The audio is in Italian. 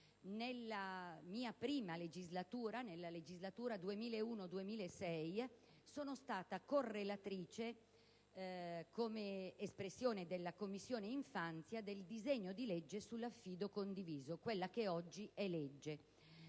nella mia prima legislatura, quella dal 2001 al 2006, sono stata correlatrice, come rappresentante della Commissione infanzia, sul disegno di legge sull'affido condiviso, che oggi è legge.